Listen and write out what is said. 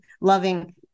loving